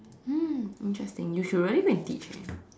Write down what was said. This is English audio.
mm interesting you should really go and teach eh